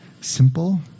simple